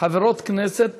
חברות כנסת